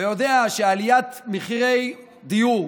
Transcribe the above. ויודע שעליית מחירי דיור,